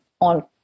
on